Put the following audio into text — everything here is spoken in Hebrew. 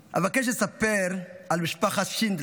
אבקש לספר על משפחת שינדלר,